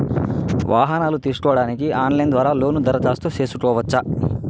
వాహనాలు తీసుకోడానికి ఆన్లైన్ ద్వారా లోను దరఖాస్తు సేసుకోవచ్చా?